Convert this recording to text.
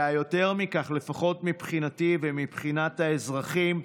יותר מכך, לפחות מבחינתי ומבחינת האזרחים,